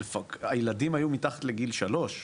הילדים היו מתחת לגיל שלוש,